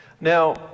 Now